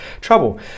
trouble